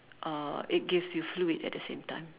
uh it gives you fluid at the same time